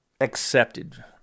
accepted